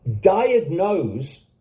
diagnose